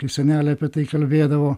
kai senelė apie tai kalbėdavo